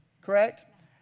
Correct